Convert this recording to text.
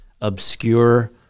obscure